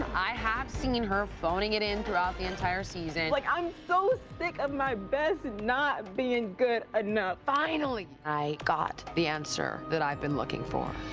i have seen her phoning it in throughout the entire season. like i'm so sick of my best not being good enough. finally i got the answer i've been looking for.